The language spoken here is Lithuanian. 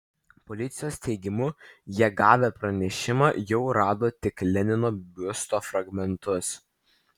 policijos teigimu jie gavę pranešimą jau rado tik lenino biusto fragmentus